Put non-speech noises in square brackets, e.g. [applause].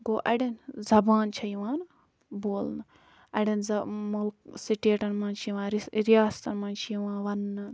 گوٚو اَڑٮ۪ن زَبان چھےٚ یِوان بولنہٕ اَڑٮ۪ن [unintelligible] مطلب سِٹیٹَن مَنٛز چھِ یِوان رِیاستَن مَنٛز چھِ یِوان وَنٛنہٕ